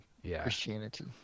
Christianity